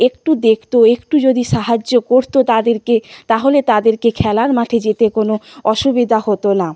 একটু দেখত একটু যদি সাহায্য করত তাদেরকে তাহলে তাদেরকে খেলার মাঠে যেতে কোনো অসুবিধা হতো না